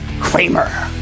Kramer